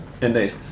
Indeed